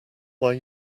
why